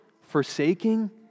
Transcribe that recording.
forsaking